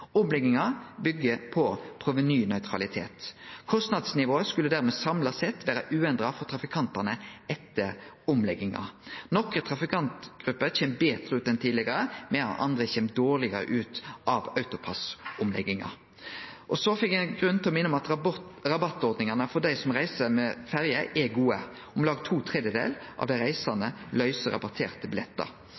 Omlegginga byggjer på provenynøytralitet. Kostnadsnivået skulle dermed samla sett vere uendra for trafikantane etter omlegginga. Nokre trafikantgrupper kjem betre ut enn tidlegare, medan andre kjem dårlegare ut av AutoPASS-omlegginga. Så finn eg grunn til å minne om at rabattordningane for dei som reiser med ferje, er gode. Om lag to tredelar av dei reisande